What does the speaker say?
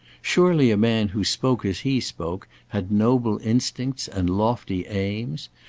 surely a man who spoke as he spoke, had noble instincts and lofty aims?